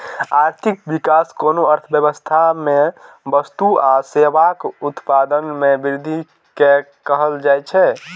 आर्थिक विकास कोनो अर्थव्यवस्था मे वस्तु आ सेवाक उत्पादन मे वृद्धि कें कहल जाइ छै